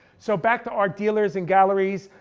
so back to art dealers and galleries,